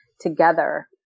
together